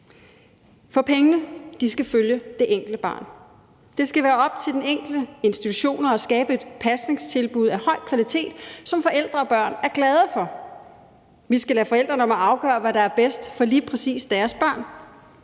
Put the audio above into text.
For pengene skal følge det enkelte barn. Det skal være op til den enkelte institution at skabe et pasningstilbud af høj kvalitet, som forældre og børn er glade for. Vi skal lade forældrene om at afgøre, hvad der er bedst for lige præcis deres børn.